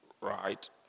right